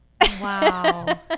Wow